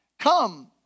Come